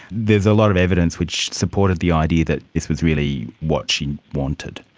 there's a lot of evidence which supported the idea that this was really what she wanted.